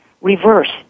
reverse